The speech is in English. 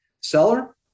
Seller